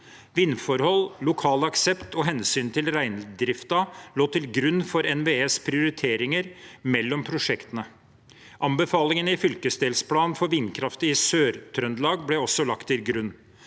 Vindforhold, lokal aksept og hensynet til reindriften lå til grunn for NVEs prioritering mellom prosjektene. Anbefalingene i fylkesdelplanen for vindkraft i SørTrøndelag ble også lagt til grunn.